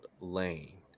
Lane